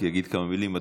רק אגיד כמה מילים.